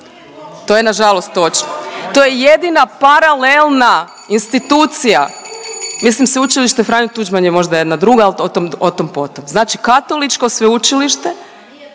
To je nažalost točno, to je jedina paralelna institucija, mislim Sveučilište Franjo Tuđman je možda jedna druga, al o tom, o tom potom, znači Katoličko sveučilište…